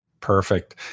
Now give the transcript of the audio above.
Perfect